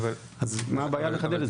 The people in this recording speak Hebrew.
מה הבעיה לחדד את זה?